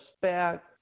back